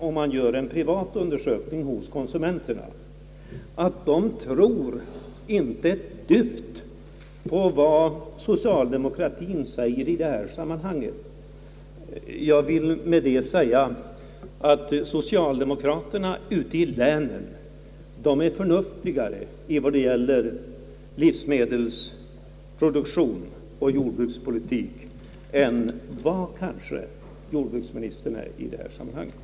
Om man gör en privat undersökning hos konsumenterna finner man att de inte tror ett dyft på vad socialdemokratien säger i detta sammanhang. Jag vill med detta framhålla att socialdemokraterna ute i länen är förnuftigare i vad det gäller livsmedelsproduktion och jordbrukspolitik än jordbruksministern kanske är.